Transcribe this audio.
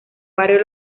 barrio